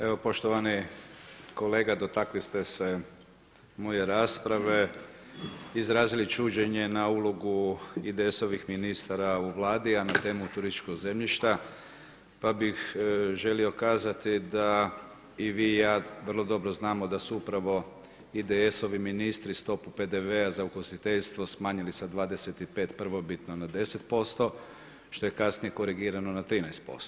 Evo poštovani kolega, dotakli ste se moje rasprave i izrazili čuđenje na ulogu IDS-ovih ministara u Vladi a na temu turističkog zemljišta pa bih želio kazati da i vi i ja vrlo dobro znamo da su upravo IDS-ovi ministri stopu PDV-a za ugostiteljstvo smanjili sa 25 prvobitno na 10%, što je kasnije korigirano na 13%